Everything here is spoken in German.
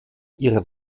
ihre